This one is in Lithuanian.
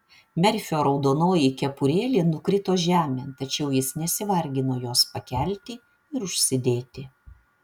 merfio raudonoji kepurėlė nukrito žemėn tačiau jis nesivargino jos pakelti ir užsidėti